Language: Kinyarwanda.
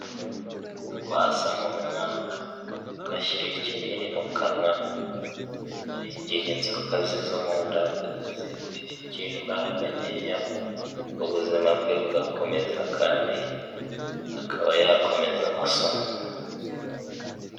Kwasamura umwana, ugashyira ikinini mu kanwa, hari igihe inzoka ze zo mu nda zigira imbaraga nkeya, ubuzima bwe bugakomeza, kandi akaba yakomeza amasomo.